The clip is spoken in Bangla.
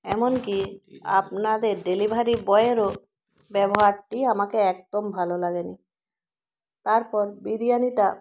এমন কি আপনাদের ডেলিভারি বয়েরও ব্যবহারটি আমাকে একদম ভালো লাগে নি তারপর বিরিয়ানিটা